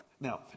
now